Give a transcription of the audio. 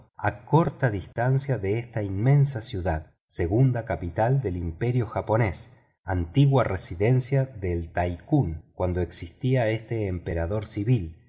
a corta distancia de esta inmensa ciudad segunda capital del imperio japonés antigua residencia del taikun cuando existía este emperador civil